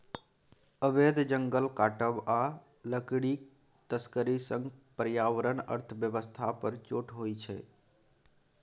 अबैध जंगल काटब आ लकड़ीक तस्करी सँ पर्यावरण अर्थ बेबस्था पर चोट होइ छै